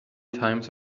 times